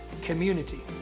community